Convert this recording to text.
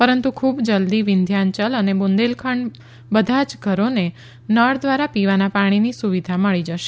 પરંતુ ખૂબ જલ્દી વિંઘ્યાયલ અને બુંદેલખંડના બધા જ ઘરોને નળ દ્વારા પીવાનાં પાણીની સુવિધા મળી જશે